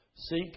Seek